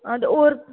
हां ते होर